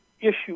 issue